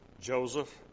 Joseph